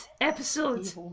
episode